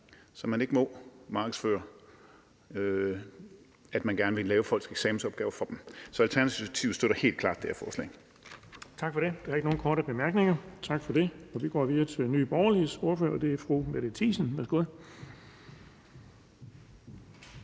så man ikke må markedsføre, at man gerne vil lave folks eksamensopgaver for dem. Så Alternativet støtter helt klart det her forslag. Kl. 17:48 Den fg. formand (Erling Bonnesen): Der er ikke nogen korte bemærkninger, så tak til ordføreren. Vi går videre til Nye Borgerliges ordfører, og det er fru Mette Thiesen. Værsgo.